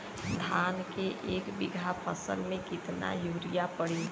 धान के एक बिघा फसल मे कितना यूरिया पड़ी?